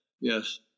yes